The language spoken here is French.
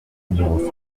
numéro